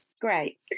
Great